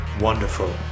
wonderful